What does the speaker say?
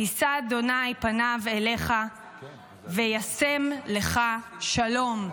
יישא ה' פניו אליך וישם לך שלום".